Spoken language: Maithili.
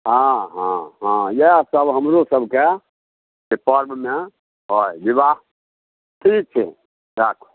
हँ हँ हँ इएहसब हमरोसबके से पर्वमे अइ विवाह ठीक छै राखू